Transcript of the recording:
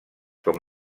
com